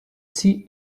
see